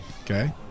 Okay